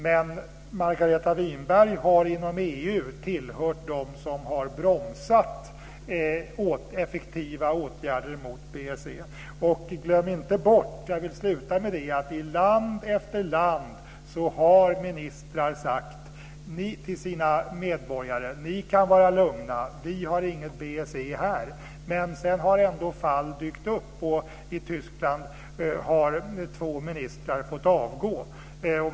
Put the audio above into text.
Men Margareta Winberg har inom EU tillhört dem som har bromsat effektiva åtgärder mot BSE. Glöm inte bort - jag vill sluta med det - att ministrar i land efter land har sagt så här till sina medborgare: Ni kan vara lugna. Vi har inget BSE här. Sedan har ändå fall dykt upp. I Tyskland har två ministrar fått avgå.